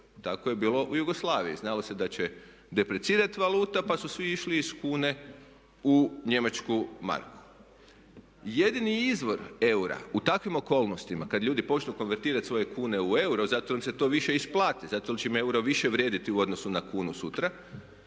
Tako je bilo u Jugoslaviji, znalo se da će deprecirati valuta pa su svi išli iz kune u njemačku marku. Jedini izvor eura u takvim okolnostima kada ljudi počnu konvertirati svoje kune u euro zato jer im se to više isplati, zato jer će im euro više vrijediti u odnosu na kunu sutra